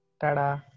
Ta-da